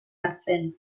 hartzen